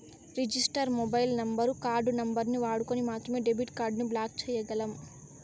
register mobile number, card నంబరుని వాడుకొని మాత్రమే డెబిట్ కార్డుని బ్లాక్ చేయ్యగలం